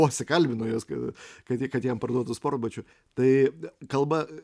vos įkalbino juos kad kad kad jam parduotų sportbačių tai kalba